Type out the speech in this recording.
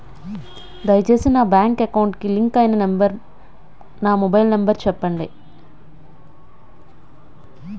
దయచేసి నా bank account కి లింక్ అయినా మొబైల్ నంబర్ చెప్పండి